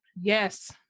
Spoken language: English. yes